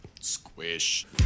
Squish